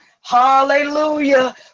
hallelujah